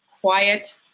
quiet